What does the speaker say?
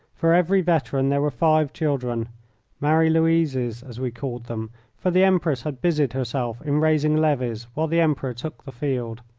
for every veteran there were five children marie louises, as we called them for the empress had busied herself in raising levies while the emperor took the field.